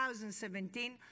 2017